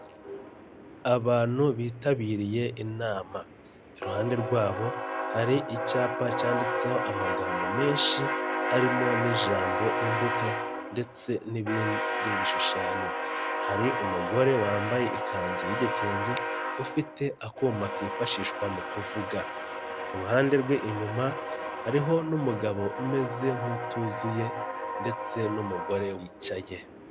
Abantu bitabiriye inama, iruhande rwabo hari icyapa cyanditseho amagambo menshi arimo n'ijambo imbuto ndetse n'ibindi bishushanyo, hari umugore wambaye ikanzu y'igitenge, ufite akuma kifashishwa mu kuvuga, ku ruhande rwe inyuma, hariho n'umugabo umeze nk'utuzuye ndetse n'umugore wicaye.